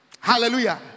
Hallelujah